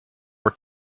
were